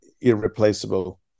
irreplaceable